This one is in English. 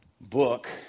book